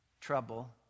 trouble